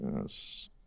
Yes